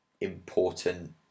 important